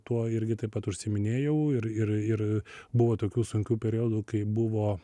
tuo irgi taip pat užsiiminėjau ir ir ir buvo tokių sunkių periodų kai buvo